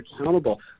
accountable